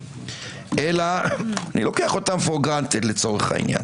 אני לוקח אותם כמובן מאליו, לצורך העניין,